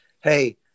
hey